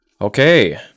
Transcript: okay